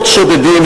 עוד שודדים,